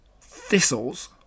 Thistles